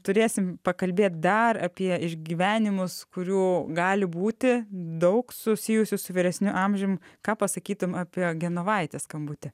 turėsim pakalbėt dar apie išgyvenimus kurių gali būti daug susijusių su vyresniu amžium ką pasakytum apie genovaitės skambutį